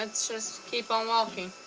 ah just. keep on walking